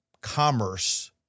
commerce